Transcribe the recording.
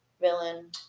villain